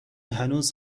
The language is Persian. هنوز